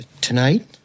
Tonight